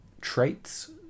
traits